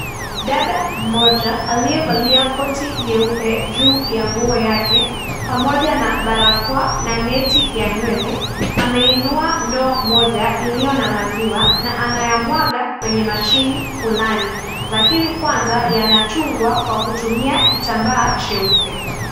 Dada mmoja aliyevalia kori nyeupe juu ya nguo yake pamoja na barakoa na neti ya nywele ameinua ndoo moja iliyo na maziwa na anayamwaga kwenye mashini fulani lakini kwanza yanachungwa kwa kutumia kitambaa cheupe.